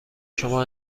شما